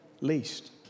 least